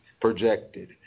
projected